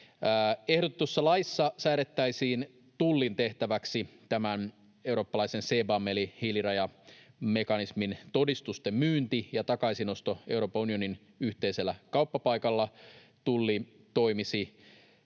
Ehdotetussa laissa säädettäisiin Tullin tehtäväksi tämän eurooppalaisen CBAM- eli hiilirajamekanismin todistusten myynti ja takaisinosto Euroopan unionin yhteisellä kauppapaikalla. Tulli toimisi